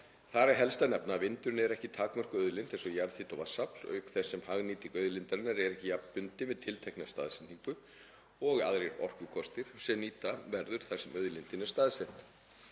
Þar er helst að nefna að vindurinn er ekki takmörkuð auðlind eins og jarðhiti og vatnsafl auk þess sem hagnýting auðlindarinnar er ekki jafn bundin við tiltekna staðsetningu og aðrir orkukostir sem nýta verður þar sem auðlindin er staðsett.